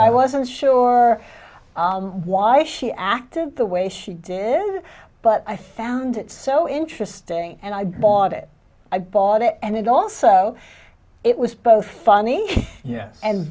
i wasn't sure why she acted the way she did but i found it so interesting and i bought it i bought it and it also it was both funny yes and